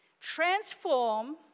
transform